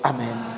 Amen